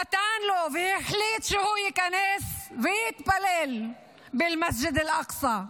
נתן לו, והחליט שהוא ייכנס ויתפלל במסגד אל אקצא.